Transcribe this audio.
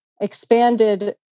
expanded